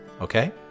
Okay